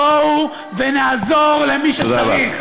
בואו נעזור למי שצריך.